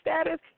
status